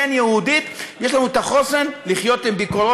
כן יהודית: יש לנו את החוסן לחיות עם ביקורות,